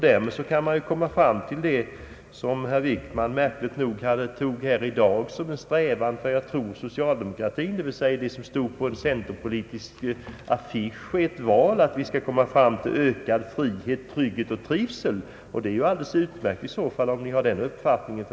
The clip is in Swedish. Därmed kan man komma fram till det som statsrådet Wickman märkligt nog tog såsom en strävan för socialdemokratin, nämligen det som stod på en centerpolitisk affisch vid ett val att vi skall söka nå fram till ökad frihet, trygghet och trivsel. Det vore utmärkt om socialdemokraterna hade den uppfattningen.